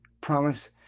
promise